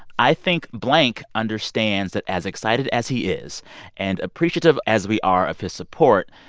i think blank understands that as excited as he is and appreciative as we are of his support,